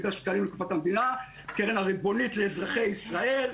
--- קרן הריבונית לאזרחי ישראל.